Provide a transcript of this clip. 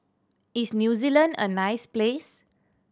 is New Zealand a nice place